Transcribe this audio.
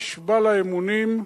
נשבע לה אמונים: